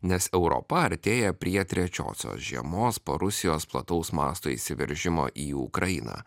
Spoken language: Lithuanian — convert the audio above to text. nes europa artėja prie trečiosios žiemos po rusijos plataus masto įsiveržimo į ukrainą